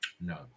no